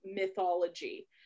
mythology